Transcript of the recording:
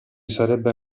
sarebbe